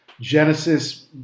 genesis